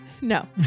No